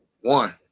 One